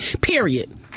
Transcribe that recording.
Period